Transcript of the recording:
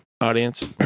audience